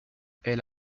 elle